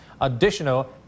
additional